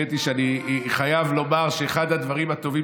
האמת היא שאני חייב לומר שאחד הדברים הטובים